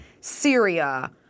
Syria